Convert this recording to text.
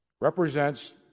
represents